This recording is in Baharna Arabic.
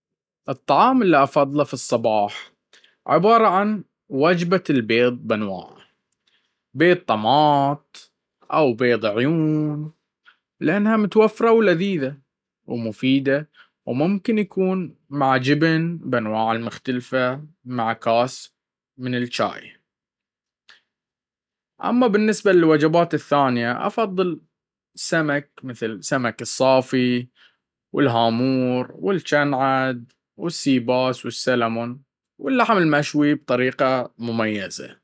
الطعام اللي أفضله في الصباح عبارة عن وجبة البيض بانواعه بيض طماط أو بيض عيون لأنها متوفرة ولذيذة ومفيدة و ممكن يكون مع جبن بأنواعه المختلفة مع كأس من الشاي اما بالنسبة للوجبات الثانية افضل السمك ( مثل سمك الصافي و الهامور و الكنعد و السيباس والسلمون ) واللحم المشوي بطريفة مميزة